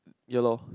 ya